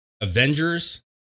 Avengers